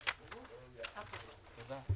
הישיבה ננעלה בשעה 10:51.